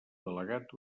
delegat